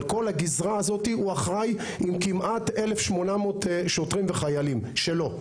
על כל הגזרה הזאת הוא אחראי עם כמעט 1,800 שוטרים וחיילים שלו.